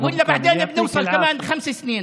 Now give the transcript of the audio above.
זו האג'נדה שלנו, בעזרת האל.